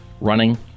running